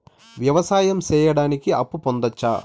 వ్యవసాయం సేయడానికి అప్పు పొందొచ్చా?